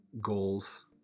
goals